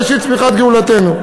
ראשית צמיחת גאולתנו.